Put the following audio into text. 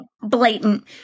blatant